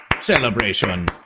Celebration